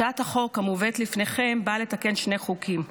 הצעת החוק המובאת לפניכם באה לתקן שני חוקים,